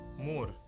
more